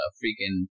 freaking